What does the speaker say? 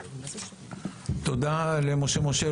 תודה למשה משה.